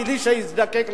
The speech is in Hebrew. בלי שיזדקק לחוק.